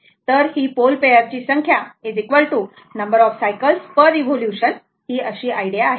तर की pole pair ची संख्या नंबर ऑफ सायकल्स पर रिवोल्यूशन ही आयडिया आहे